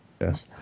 Yes